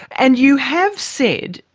and you have said,